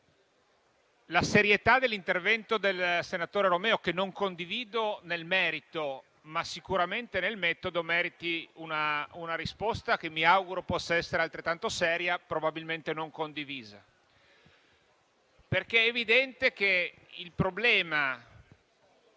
la serietà dell'intervento del senatore Romeo, che non condivido nel merito ma sicuramente nel metodo, meriti una risposta, che mi auguro possa essere considerata altrettanto seria, anche se probabilmente non condivisa. È evidente che il problema